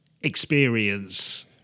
experience